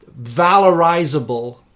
valorizable